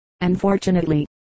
unfortunately